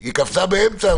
היא קפצה באמצע,